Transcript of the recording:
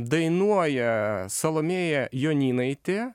dainuoja salomėja jonynaitė